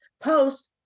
post